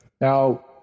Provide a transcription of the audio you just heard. Now